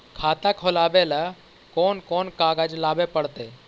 खाता खोलाबे ल कोन कोन कागज लाबे पड़तै?